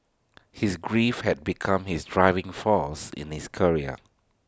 his grief had become his driving force in his career